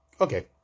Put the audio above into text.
Okay